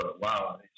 wow